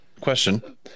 question